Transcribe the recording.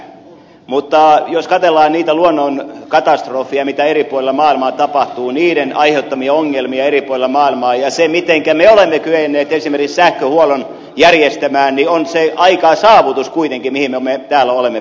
mutta jos katsellaan niitä luonnonkatastrofeja mitä eri puolilla maailmaa tapahtuu niiden aiheuttamia ongelmia eri puolilla maailmaa ja sitä mitenkä me olemme kyenneet esimerkiksi sähköhuollon järjestämään niin on se kuitenkin aika saavutus mihin me täällä olemme päässeet